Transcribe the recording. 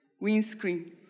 windscreen